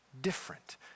different